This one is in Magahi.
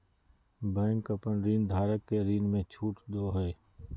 बैंक अपन ऋणधारक के ऋण में छुट दो हइ